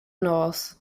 north